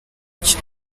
cyo